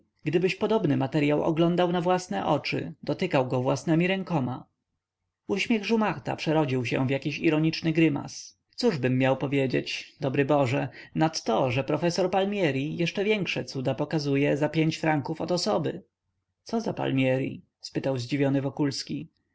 gdybyś podobny materyał oglądał na własne oczy dotykał go własnemi rękoma uśmiech jumarta przerodził się w jakiś ironiczny grymas cóżbym miał powiedzieć dobry boże nad to że profesor palmieri jeszcze większe cuda pokazuje za franków od osoby co za palmieri spytał zdziwiony wokulski